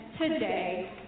today